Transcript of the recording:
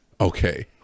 okay